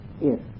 Yes